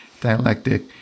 dialectic